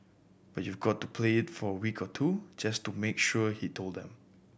but you've got to play it for a week or two just to make sure he told them